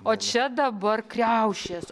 o čia dabar kriaušės